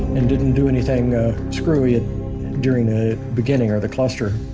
and didn't do anything screwy during the beginning, or the cluster.